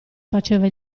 faceva